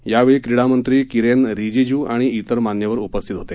या वेळी क्रीडामंत्री किरण रिजीज् आणि इतर मान्यवर उपस्थित होते